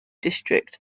district